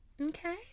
Okay